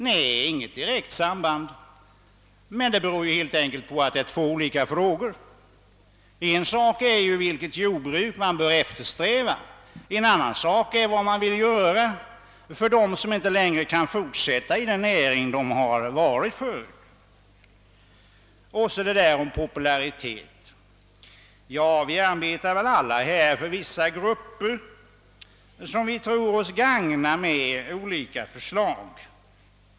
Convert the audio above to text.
Nej, det finns inget direkt samband, men detta beror helt enkelt på att det rör sig om två helt olika frågor. En sak är vilket slags jordbruk som bör eftersträvas och en annan vad man vill göra för dem som inte längre kan fortsätta i den näring där de tidigare varit sysselsatta. Så till det där som sades om popularitet. Vi arbetar väl alla för att söka gagna vissa grupper med olika förslag.